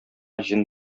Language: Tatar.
җен